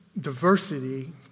diversity